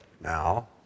now